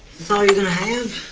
all you're going to have?